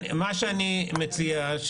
מה שאני מציע,